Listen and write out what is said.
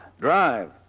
Drive